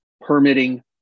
permitting